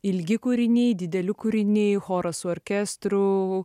ilgi kūriniai dideli kūriniai choras su orkestru